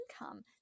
income